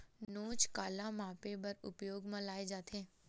नोच काला मापे बर उपयोग म लाये जाथे?